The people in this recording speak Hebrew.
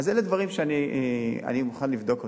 אלה דברים שאני מוכן לבדוק אותם.